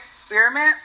experiment